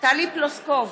טלי פלוסקוב,